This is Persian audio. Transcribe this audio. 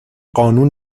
قانون